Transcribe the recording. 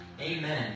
Amen